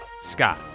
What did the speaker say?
Scott